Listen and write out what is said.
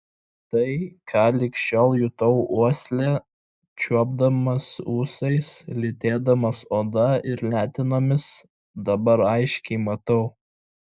tai ką lig šiol jutau uosle čiuopdamas ūsais lytėdamas oda ir letenomis dabar aiškiai matau